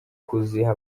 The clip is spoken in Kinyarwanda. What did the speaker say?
kuziha